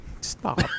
Stop